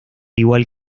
igual